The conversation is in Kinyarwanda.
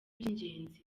by’ingenzi